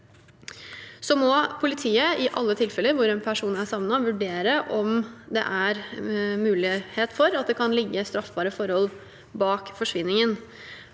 politiet i alle tilfeller hvor en person er savnet, vurdere om det er mulighet for at det kan ligge straffbare forhold bak forsvinningen.